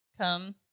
come